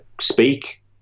speak